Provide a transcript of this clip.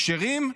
כשרים?